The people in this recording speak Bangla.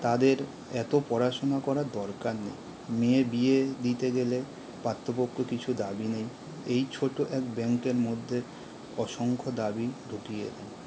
তাদের এত পড়াশোনা করার দরকার নেই মেয়ের বিয়ে দিতে গেলে পাত্রপক্ষ কিছু দাবি নেই এই ছোট এক বাক্যের মধ্যে অসংখ্য দাবি ঢুকিয়ে দেন